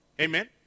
Amen